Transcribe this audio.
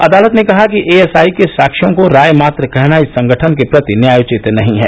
अदालत ने कहा कि एएसआई के साक्ष्यों को राय मात्र कहना इस संगठन के प्रति न्यायोचित नहीं है